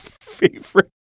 favorite